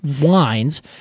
wines